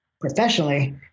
professionally